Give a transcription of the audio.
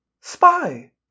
Spy